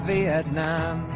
Vietnam